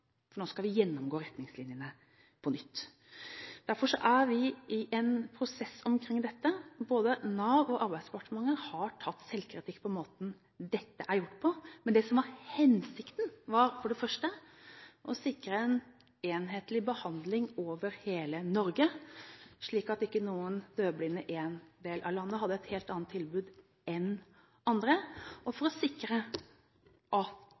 for nå skal vi gjennomgå retningslinjene på nytt. Derfor er vi i en prosess omkring dette. Både Nav og Arbeidsdepartementet har tatt selvkritikk for måten dette er gjort på, men det som var hensikten, var å sikre en enhetlig behandling over hele Norge, slik at ikke noen døvblinde i én del av landet hadde et helt annet tilbud enn andre, og